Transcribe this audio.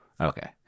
Okay